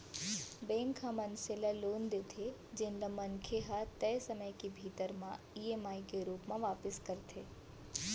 bank ह मनसे ल लोन देथे जेन ल मनखे ह तय समे के भीतरी म ईएमआई के रूप म वापिस करथे